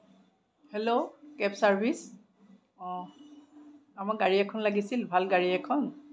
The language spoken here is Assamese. হেল্ল' কেব চাৰ্ভিছ অ' আমাক গাড়ী এখন লাগিছিল ভাল গাড়ী এখন